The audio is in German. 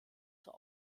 zur